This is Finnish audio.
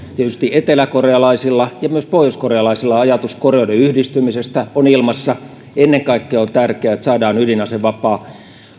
tietysti eteläkorealaisilla ja myös pohjoiskorealaisilla ajatus koreoiden yhdistymisestä on ilmassa ennen kaikkea on tärkeää että saadaan ydinasevapaa